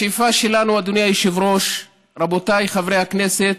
השאיפה שלנו, אדוני היושב-ראש, רבותיי חברי הכנסת,